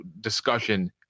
discussion